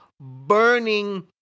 burning